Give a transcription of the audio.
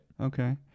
Okay